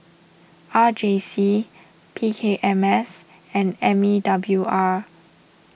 R J C P K M S and M E W R